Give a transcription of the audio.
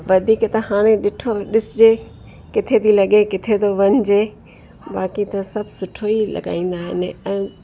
वधीक त हाणे ॾिठो ॾिसजे किथे थी लॻे किथे थो वञिजे बाक़ी त सभु सुठो ई लॻाईंदा आहिनि ऐं